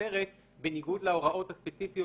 מותרת בניגוד להוראות הספציפיות שקבועות שם.